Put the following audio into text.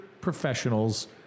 professionals